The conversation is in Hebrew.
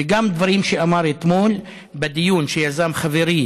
וגם על דברים שאמר אתמול בדיון שיזם חברי